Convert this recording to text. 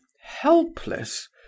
helpless